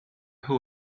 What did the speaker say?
who